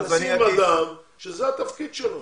שים אדם שזה יהיה התפקיד שלו.